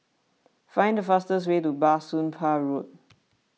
find the fastest way to Bah Soon Pah Road